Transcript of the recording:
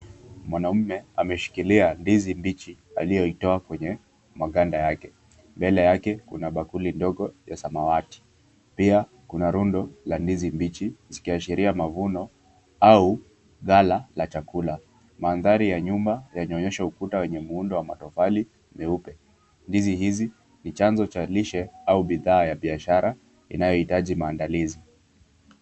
Mwanamume ameshikilia ndizi mbichi alioitoa kwenye maganda yake. Mbele yake kuna bakuli ndogo ya samawati. Pia, kuna rundo la ndizi mbichi zikiashiria mavuno au ghala la chakula. Maandhari ya nyuma yanaonyesha ukuta wenye muuondo wa matofali meupe. Ndizi hizi ni chanzo cha lishe au bidhaa ya biashara inayo hitaji maandalizi.